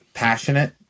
Passionate